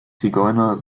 zigeuner